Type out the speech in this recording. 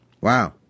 Wow